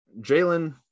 jalen